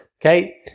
okay